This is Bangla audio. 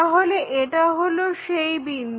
তাহলে এটা হলো সেই বিন্দু